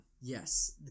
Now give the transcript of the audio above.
Yes